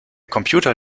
computer